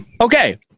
okay